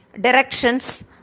directions